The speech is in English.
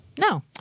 No